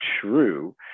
true